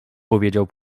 powiedział